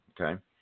okay